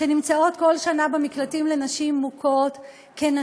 שנמצאות בכל שנה במקלטים לנשים מוכות כאל